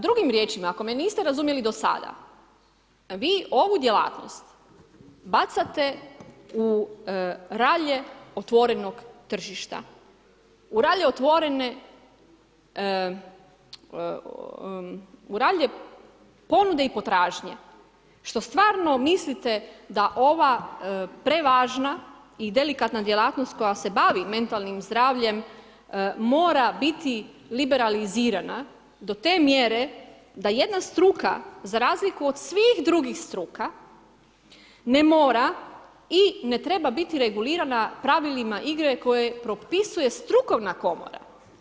Drugim riječima, ako me niste razumjeli do sada vi ovu djelatnost bacate u ralje otvorenog tržišta, u ralje otvorene, u ralje ponude i potražnje što stvarno mislite da ova prevažna i delikatna djelatnost koja se bavi mentalnim zdravljem mora biti liberalizirana do te mjere da jedna struka za razliku od svih drugih struka ne mora i ne treba biti regulirana pravilima igre koju propisuje strukovna komora.